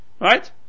Right